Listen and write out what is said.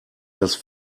das